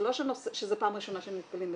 זה לא שזו פעם ראשונה שהם נתקלים בזה,